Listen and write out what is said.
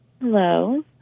Hello